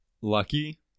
Lucky